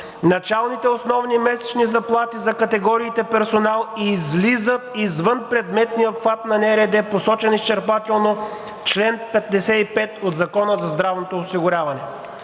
началните основни месечни заплати за категориите персонал излизат извън предметния обхват на НРД, посочен изчерпателно в чл. 55 от Закона за здравното осигуряване.“